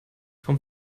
vom